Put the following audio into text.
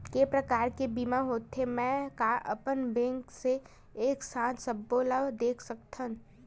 के प्रकार के बीमा होथे मै का अपन बैंक से एक साथ सबो ला देख सकथन?